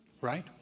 right